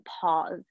pause